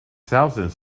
thousands